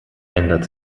ändert